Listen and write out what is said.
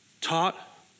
taught